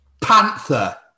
Panther